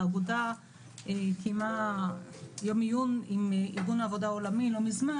האגודה קיימה יום עיון עם ארגון העבודה העולמי לא מזמן,